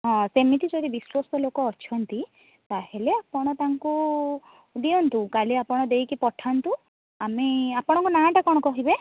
ହଁ ସେମିତି ଯଦି ବିଶ୍ଵସ୍ତ ଲୋକ ଅଛନ୍ତି ତା'ହେଲେ ଆପଣ ତାଙ୍କୁ ଦିଅନ୍ତୁ କାଲି ଆପଣ ଦେଇକି ପଠାନ୍ତୁ ଆମେ ଆପଣଙ୍କ ନାଁଟା କ'ଣ କହିବେ